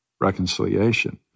reconciliation